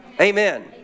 Amen